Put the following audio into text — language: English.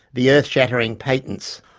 the earth-shattering patents?